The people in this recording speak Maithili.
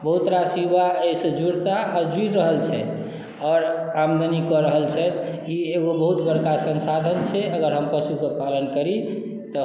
बहुत रास युवा एहिसँ जुड़ता आ जुड़ि रहल छथि आओर आमदनी कऽ रहल छथि ई एगो बहुत बड़का संसाधन छै अगर हम पशुके पालन करी तऽ